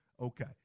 Okay